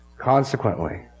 Consequently